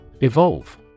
Evolve